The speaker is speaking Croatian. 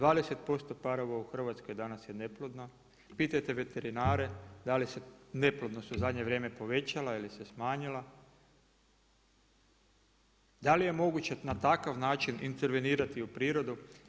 20% parova u Hrvatskoj danas je neplodno, pitajte veterinare, da li se neplodnost u zadnje vrijeme povećala ili se smanjila, da li je moguće na takav način intervenirati u prirodu.